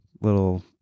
little